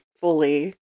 fully